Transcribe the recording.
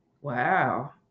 Wow